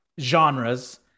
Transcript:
genres